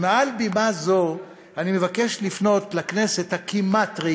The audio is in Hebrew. מעל בימה זו אני מבקש לפנות לכנסת הריקה כמעט,